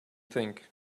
think